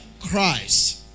Christ